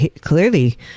Clearly